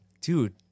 dude